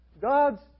God's